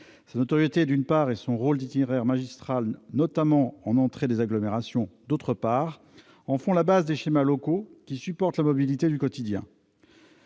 Sa notoriété, d'une part, et son rôle d'itinéraire magistral, notamment en entrée des agglomérations, d'autre part, en font la base des schémas locaux qui supportent la mobilité du quotidien.